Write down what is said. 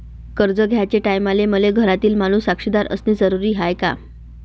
कर्ज घ्याचे टायमाले मले घरातील माणूस साक्षीदार असणे जरुरी हाय का?